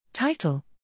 title